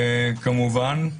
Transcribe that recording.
כמובן.